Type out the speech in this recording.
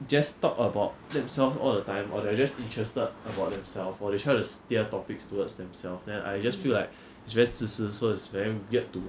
just talk about themselves all the time or they're just interested about themselves or they try to steer topics towards themselves then I just feel like is very 自私 so is very weird to